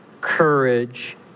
courage